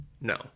No